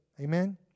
Amen